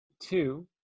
two